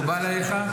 מקובל עליך?